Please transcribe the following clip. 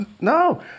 no